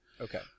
Okay